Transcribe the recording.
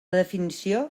definició